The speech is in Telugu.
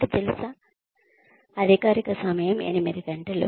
మీకు తెలుసా అధికారిక సమయం ఎనిమిది గంటలు